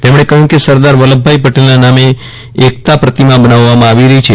તેમજ્ઞે કહ્યું કે સરદાર વલ્લભભાઈ પટેલના નામે એકતા પ્રતિમા બનાવાવમાં આવી રહી છે